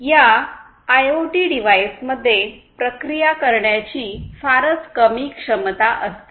या आयओटी डिव्हाइसमध्ये प्रक्रिया करण्याची फारच कमी क्षमता असते